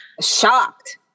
Shocked